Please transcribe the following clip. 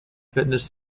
fitness